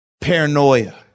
paranoia